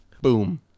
Boom